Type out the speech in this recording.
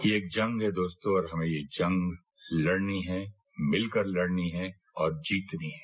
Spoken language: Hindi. ये एक जंग है दोस्तो और हमें यह जंग लड़नी है मिलकर लड़नी है और जीतनी है